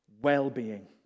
well-being